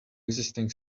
existing